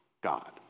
God